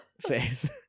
face